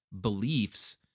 beliefs